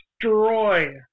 destroy